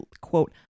quote